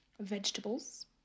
vegetables